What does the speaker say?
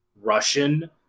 Russian